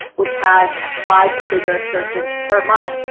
which has ah five figure searches per month,